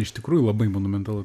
iš tikrųjų labai monumentalu